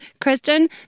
Kristen